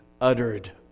uttered